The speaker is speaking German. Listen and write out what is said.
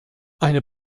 eine